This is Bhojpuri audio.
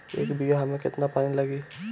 एक बिगहा में केतना पानी लागी?